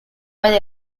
vede